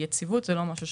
זה גם יהיה נכון לאחר